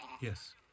Yes